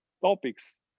topics